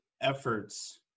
efforts